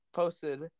posted